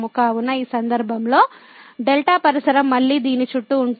కావున ఈ సందర్భంలో δ పరిసరం మళ్ళీ దీని చుట్టూ ఉంటుంది